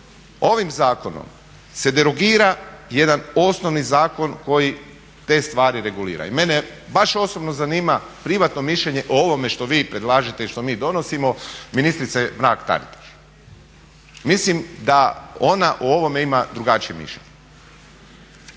Ovim zakonom se derogira jedan osnovni zakon koji te stvari regulira. I mene baš osobno zanima privatno mišljenje o ovome što vi predlažete i što mi donosimo ministrice Mrak-Taritaš. Mislim da ona o ovome ima drugačije mišljenje.